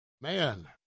Man